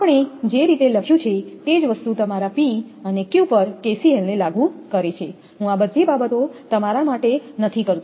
આપણે જે રીતે લખ્યું છે તે જ વસ્તુ તમારા P અને Q પર KCLને લાગુ કરે છે હું આ બધી બાબતો તમારા માટે નથી કરતો